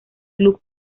club